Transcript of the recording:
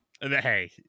hey